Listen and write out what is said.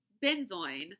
Benzoin